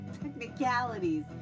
technicalities